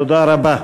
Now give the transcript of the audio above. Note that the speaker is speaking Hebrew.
תודה רבה.